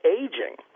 aging